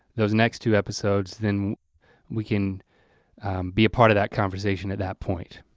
those next two episodes, then we can be a part of that conversation at that point.